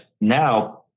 now